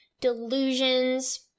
delusions